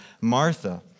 Martha